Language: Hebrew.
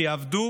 שיעבדו